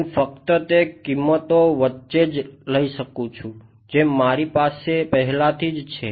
હું ફક્ત તે કિંમતો વચ્ચે જ લઈ શકું જે મારી પાસે પહેલાથી જ છે